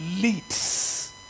leads